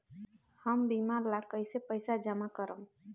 हम बीमा ला कईसे पईसा जमा करम?